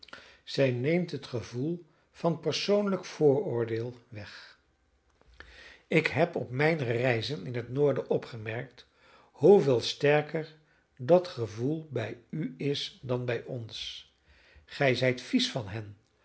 doen zij neemt het gevoel van persoonlijk vooroordeel weg ik heb op mijne reizen in het noorden opgemerkt hoeveel sterker dat gevoel bij u is dan bij ons gij zijt vies van hen